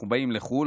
אנחנו באים לחו"ל,